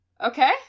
Okay